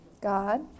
God